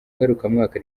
ngarukamwaka